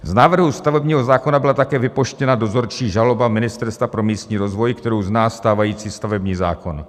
Z návrhu u stavebního zákona byla také vyproštěna dozorčí žaloba Ministerstva pro místní rozvoj, kterou zná stávající stavební zákon.